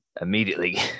immediately